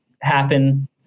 happen